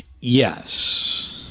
Yes